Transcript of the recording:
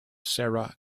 sarah